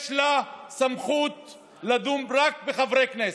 יש לה סמכות לדון רק בחברי הכנסת.